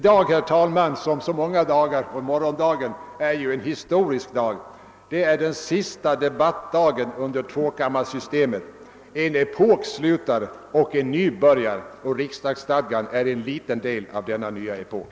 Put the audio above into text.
Denna dag och morgondagen är historiska. Vi upplever i dag den sista debattdagen under tvåkammarsyste met. En epok slutar och en ny börjar, och riksdagsstadgan är en liten detalj i denna nya epok.